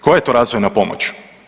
Koja je to razvojna pomoć?